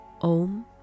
Om